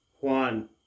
Juan